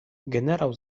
generał